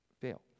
fail